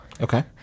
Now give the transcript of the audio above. Okay